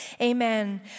Amen